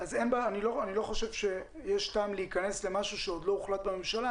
אני לא חושב שיש טעם להיכנס למשהו שעוד לא הוחלט בממשלה,